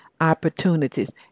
opportunities